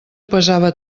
pesava